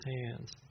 hands